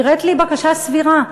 נראית לי בקשה סבירה.